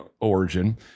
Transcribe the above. origin